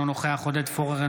אינו נוכח עודד פורר,